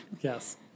yes